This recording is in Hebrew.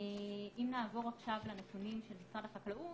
אם נעבור לנתונים של משרד החקלאות,